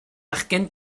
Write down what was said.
fachgen